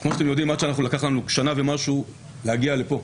כמו שאתם יודעים, לקח לנו שנה ומשהו להגיע לפה.